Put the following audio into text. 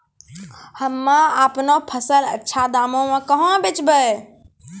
हम्मे आपनौ फसल अच्छा दामों मे कहाँ बेचबै?